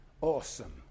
awesome